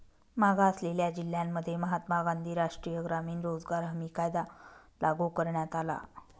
मागासलेल्या जिल्ह्यांमध्ये महात्मा गांधी राष्ट्रीय ग्रामीण रोजगार हमी कायदा लागू करण्यात आला